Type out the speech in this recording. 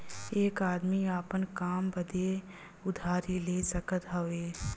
एक आदमी आपन काम बदे उधारी ले सकत हउवे